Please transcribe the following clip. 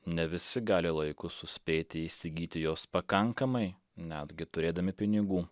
ne visi gali laiku suspėti įsigyti jos pakankamai netgi turėdami pinigų